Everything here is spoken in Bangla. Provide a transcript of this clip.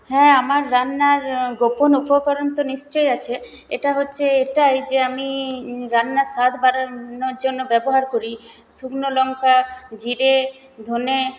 হ্যাঁ আমার রান্নার গোপন উপকরণ তো নিশ্চই আছে এটা হচ্ছে এটাই যে আমি রান্নার স্বাদ বাড়ানোর জন্য ব্যবহার করি শুকনো লঙ্কা জিরে ধনে